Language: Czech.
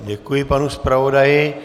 Děkuji panu zpravodaji.